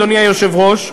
אדוני היושב-ראש,